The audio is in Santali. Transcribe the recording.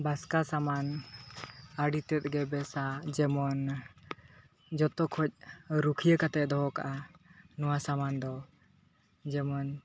ᱵᱟᱥᱠᱟ ᱥᱟᱢᱟᱱ ᱟᱹᱰᱤᱛᱮᱫᱜᱮ ᱵᱮᱥᱟ ᱡᱮᱢᱚᱱ ᱡᱚᱛᱚ ᱠᱷᱚᱡ ᱨᱩᱠᱷᱤᱭᱟᱹ ᱠᱟᱛᱮ ᱫᱚᱦᱚ ᱠᱟᱜᱼᱟ ᱱᱚᱣᱟ ᱥᱟᱢᱟᱱ ᱫᱚ ᱡᱮᱢᱚᱱ